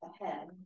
ahead